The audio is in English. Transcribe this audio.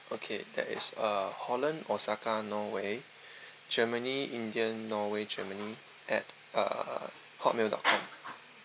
okay that is uh holland osaka norway germany india norway germany at uh Hotmail dot com